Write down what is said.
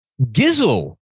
Gizzle